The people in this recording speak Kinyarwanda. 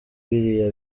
biriya